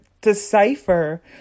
decipher